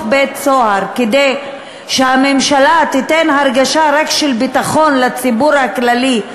בית-סוהר כדי שהממשלה רק תיתן הרגשה של ביטחון לציבור הכללי,